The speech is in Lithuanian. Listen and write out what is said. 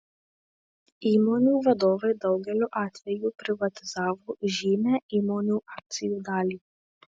įmonių vadovai daugeliu atveju privatizavo žymią įmonių akcijų dalį